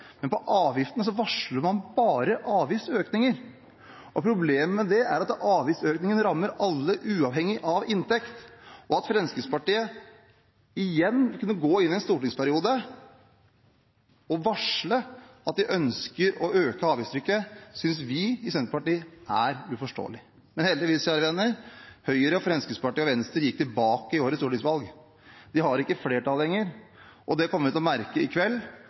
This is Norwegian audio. men når det gjelder avgiftene, varsler man bare økninger. Problemet med det er at avgiftsøkningene rammer alle, uavhengig av inntekt. At Fremskrittspartiet igjen kunne gå inn i en stortingsperiode og varsle at de ønsker å øke avgiftstrykket, synes vi i Senterpartiet er uforståelig. Men heldigvis, kjære venner, gikk Høyre, Fremskrittspartiet og Venstre tilbake i fjorårets stortingsvalg. De har ikke flertall lenger, og det kommer vi til å merke i kveld